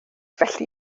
felly